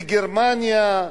לגרמניה,